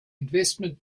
investment